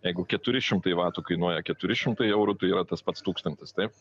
jeigu keturi šimtai vatų kainuoja keturi šimtai eurų tai yra tas pats tūkstantis taip